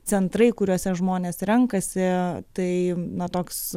centrai kuriuose žmonės renkasi tai na toks